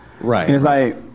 right